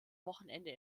wochenende